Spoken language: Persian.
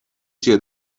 چیه